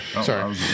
Sorry